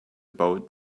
boat